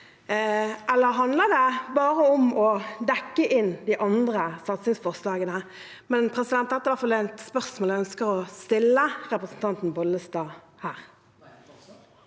eller handler det bare om å dekke inn de andre satsingsforslagene? Dette er i hvert fall et spørsmål jeg ønsker å stille representanten Bollestad her.